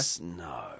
No